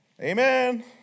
Amen